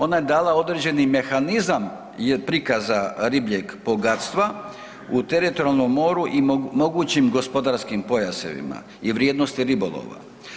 Ona je dala određeni mehanizam prikaza ribljeg bogatstva u teritorijalnom moru i mogućim gospodarskim pojasevima i vrijednosti ribolova.